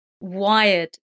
wired